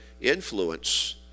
influence